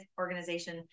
organization